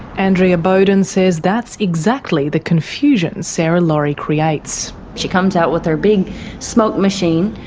andrea bowden says that's exactly the confusion sarah laurie creates. she comes out with her big smoke machine,